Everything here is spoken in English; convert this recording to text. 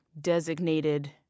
designated